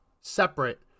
separate